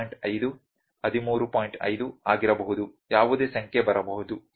5 ಆಗಿರಬಹುದು ಯಾವುದೇ ಸಂಖ್ಯೆ ಬರಬಹುದು ಸರಿ